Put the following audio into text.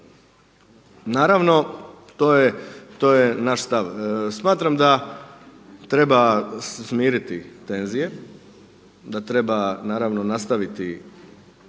Naravno to je naš stav. Smatram da treba smiriti tenzije, da treba naravno nastaviti